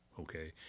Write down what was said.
Okay